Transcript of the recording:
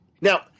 Now